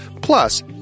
Plus